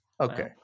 Okay